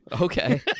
Okay